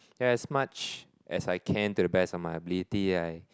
yeah as much as I can to the best of my ability I